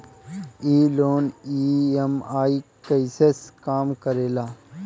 ई loan EMI कईसे काम करेला?